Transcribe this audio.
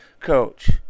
coach